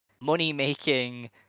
money-making